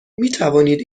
میتوانید